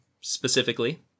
specifically